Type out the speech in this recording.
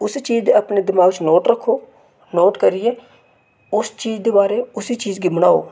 उस चीज दी अपने दिमाग च नोट रक्खो नोट करियै उस चीज दे बारै उस चीज गी बनाओ